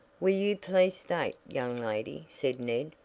will you please state, young lady, said ned,